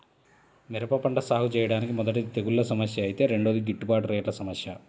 మిరప పంట సాగుచేయడానికి మొదటిది తెగుల్ల సమస్య ఐతే రెండోది గిట్టుబాటు రేట్ల సమస్య